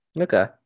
Okay